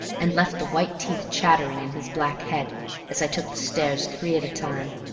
and left the white teeth chattering in his black head as i took the stairs three at a time.